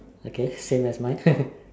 okay same as mine